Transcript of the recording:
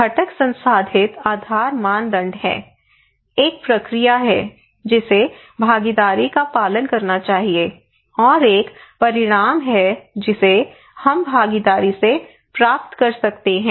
घटक संसाधित आधार मानदंड है एक प्रक्रिया है जिसे भागीदारी का पालन करना चाहिए और एक परिणाम है जिसे हम भागीदारी से प्राप्त कर सकते हैं